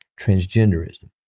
transgenderism